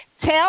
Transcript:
tell